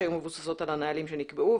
שהיו מבוססות על הנהלים שנקבעו.